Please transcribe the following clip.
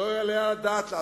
שלא יעלה על הדעת לעשותם,